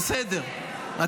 בסדר,